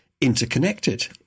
interconnected